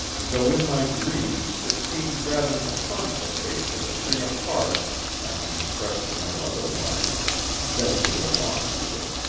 though in my dreams it seemed rather to haunt the face as a thing apart i can express it no otherwise than to belong to it.